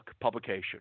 publication